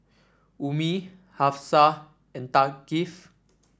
Ummi Hafsa and Thaqif